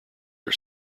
are